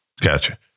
Gotcha